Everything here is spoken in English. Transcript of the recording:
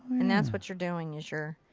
and that's what you're doing, is you're.